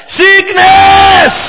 sickness